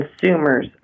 consumers